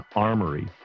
armory